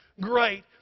Great